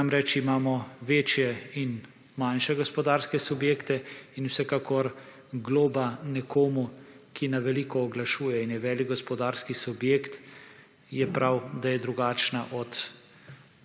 Namreč, imamo večje in manjše gospodarske subjekte in vsekakor globa nekomu, ki na veliko oglašuje in je velik gospodarski subjekt je prav, da je drugačna od